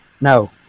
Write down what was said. No